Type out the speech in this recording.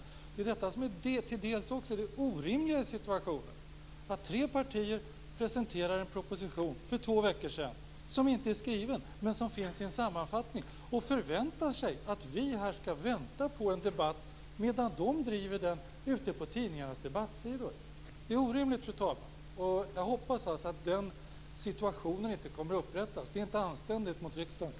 Det är ju detta som också är orimligt i situationen - att tre partier presenterar en proposition, för två veckor sedan, som inte är skriven men som finns i en sammanfattning och förväntar sig att vi här skall vänta på en debatt medan de driver denna ute på tidningarnas debattsidor. Det är orimligt, fru talman! Jag hoppas att den situationen inte kommer att upprepas. Det är inte anständigt mot riksdagen.